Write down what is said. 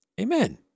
Amen